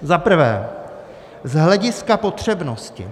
Za prvé z hlediska potřebnosti.